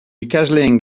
ikasleen